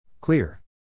Clear